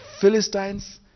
Philistines